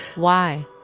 why?